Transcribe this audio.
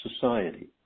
society